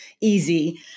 easy